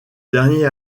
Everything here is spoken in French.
dernier